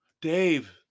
Dave